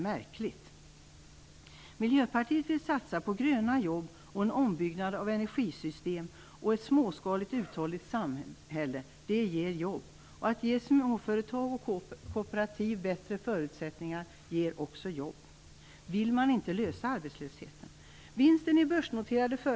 Miljöpartiet vill satsa på gröna jobb, en ombyggnad av energisystem och ett småskaligt uthålligt samhälle. Det ger jobb. Att ge småföretag och kooperativ bättre förutsättningar ger också jobb. Vill man inte lösa arbetslösheten?